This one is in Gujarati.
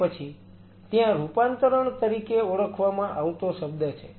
અને પછી ત્યાં રૂપાંતરણ તરીકે ઓળખવામાં આવતો શબ્દ છે